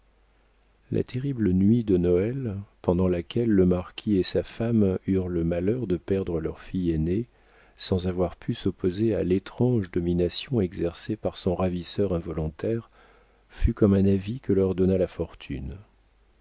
la terrible nuit de noël pendant laquelle le marquis et sa femme eurent le malheur de perdre leur fille aînée sans avoir pu s'opposer à l'étrange domination exercée par son ravisseur involontaire fut comme un avis que leur donna la fortune